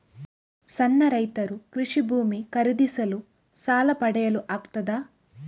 ಸಣ್ಣ ರೈತರು ಕೃಷಿ ಭೂಮಿ ಖರೀದಿಸಲು ಸಾಲ ಪಡೆಯಲು ಆಗ್ತದ?